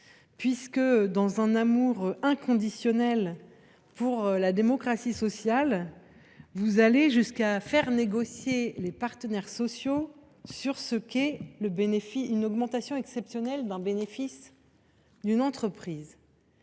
effet, dans un amour inconditionnel pour la démocratie sociale, vous allez jusqu’à faire négocier les partenaires sociaux sur ce qu’est une augmentation exceptionnelle du bénéfice d’une entreprise…